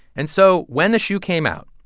and so when the shoe came out,